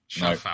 no